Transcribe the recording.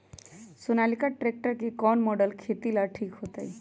Sonalika tractor के कौन model खेती ला ठीक होतै?